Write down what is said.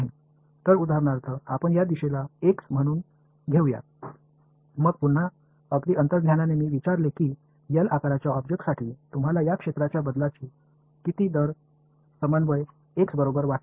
तर उदाहरणार्थ आपण या दिशेला एक्स म्हणून घेऊया मग पुन्हा अगदी अंतर्ज्ञानाने मी विचारले की L आकाराच्या ऑब्जेक्टसाठी तुम्हाला त्या क्षेत्राच्या बदलांची किती दर समन्वय x बरोबर वाटते